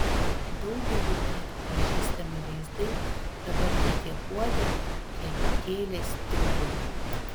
daugelį metų pažįstami vaizdai dabar ne tiek guodė kiek kėlė stingulį